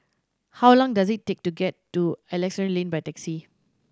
how long does it take to get to Alexandra Lane by taxi